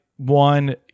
One